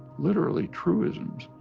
literally truisms,